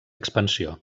expansió